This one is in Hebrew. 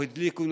או הדליקו,